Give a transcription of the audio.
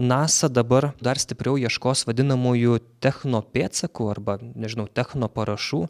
nasa dabar dar stipriau ieškos vadinamųjų techninio pėdsakų arba nežinau techno parašų